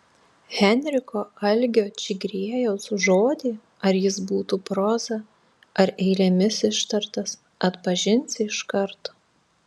henriko algio čigriejaus žodį ar jis būtų proza ar eilėmis ištartas atpažinsi iš karto